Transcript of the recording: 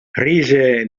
rise